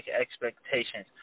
expectations